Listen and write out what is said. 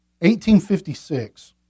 1856